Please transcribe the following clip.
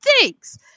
thanks